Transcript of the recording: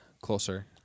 closer